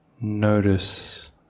Notice